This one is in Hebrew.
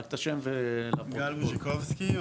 גל בוזי'קובסקי,